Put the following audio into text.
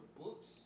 books